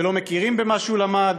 ולא מכירים במה שהוא למד,